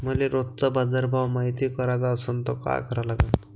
मले रोजचा बाजारभव मायती कराचा असन त काय करा लागन?